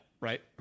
Right